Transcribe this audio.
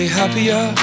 happier